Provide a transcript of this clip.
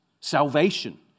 salvation